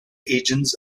agents